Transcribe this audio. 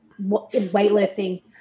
weightlifting